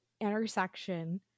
intersection